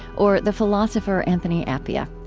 or the philosopher anthony appiah.